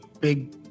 big